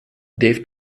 dave